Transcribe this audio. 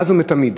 מאז ומתמיד